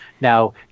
now